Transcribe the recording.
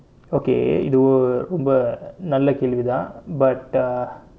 okay இது ஒரு ரொம்ப நல்ல கேள்விதான்:ithu oru romba nalla kaelvithaan but uh